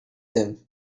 them